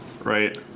Right